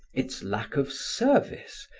its lack of service,